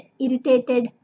irritated